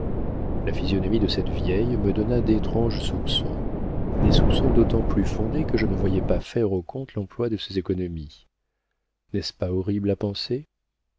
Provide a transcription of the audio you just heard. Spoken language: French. la physionomie de cette vieille me donna d'étranges soupçons des soupçons d'autant plus fondés que je ne voyais pas faire au comte l'emploi de ses économies n'est-ce pas horrible à penser